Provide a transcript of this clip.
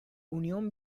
unión